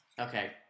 Okay